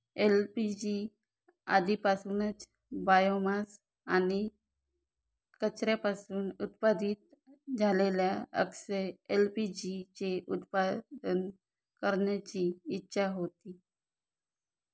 LPG आधीपासूनच biomass आणि कचऱ्यापासून उत्पादित झालेल्या अक्षय एल.पी.जी चे उत्पादन करण्याची इच्छा होती